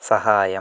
സഹായം